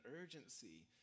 urgency